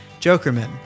Jokerman